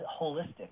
holistic